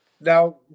Now